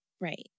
right